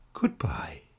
Goodbye